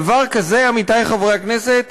דבר כזה, עמיתי חברי הכנסת,